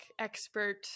expert